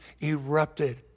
erupted